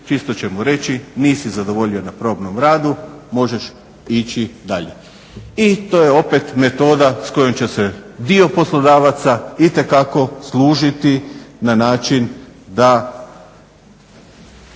čisto će mu reći nisi zadovoljio na probnom radu, možeš ići dalje. I to je opet metoda s kojom će se dio poslodavaca itekako služiti na način da